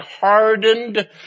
hardened